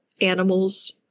animals